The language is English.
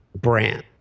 brand